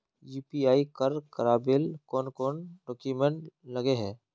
UPI कर करावेल कौन कौन डॉक्यूमेंट लगे है?